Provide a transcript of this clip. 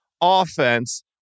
offense